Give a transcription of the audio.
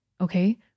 Okay